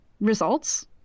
results